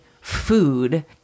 food